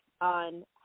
on